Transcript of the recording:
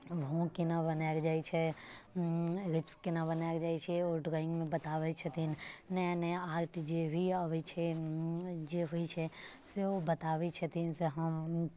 भौ केनाके बनायल जाइत छै लिप्स केना बनायल जाइत छै ओटगहिमे बताबैत छथिन नया नया आर्ट जे भी अबैत छै जे होइत छै से ओ बताबैत छथिन से हम